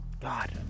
God